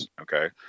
okay